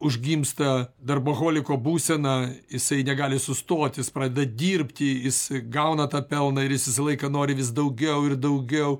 užgimsta darboholiko būsena jisai negali sustoti jis pradeda dirbti jis gauna tą pelną ir jis visą laiką nori vis daugiau ir daugiau